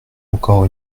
encore